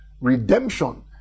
redemption